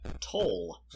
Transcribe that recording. Toll